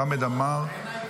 חמד עמאר,